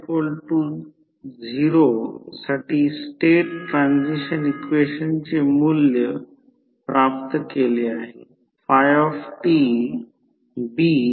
no load करंटची मॅग्नेटाइझिंग आणि कोर लॉस घटकाचे मूल्य निश्चित करा आणि फेझर आकृती काढा